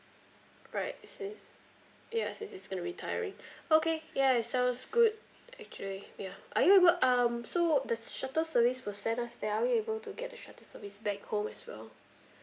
right since ya since it's gonna be tiring okay ya it sounds good actually ya are you able um so the shuttle service will send us there are we able to get the shuttle service back home as well